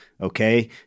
Okay